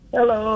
Hello